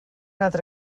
altre